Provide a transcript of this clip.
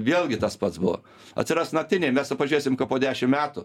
vėlgi tas pats buvo atsiras naktiniai mes va pažiūrėsim ka po dešim metų